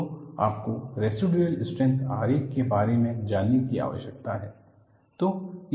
तो आपको residual strength आरेख के बारे में जानने की आवश्यकता है